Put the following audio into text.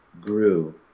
grew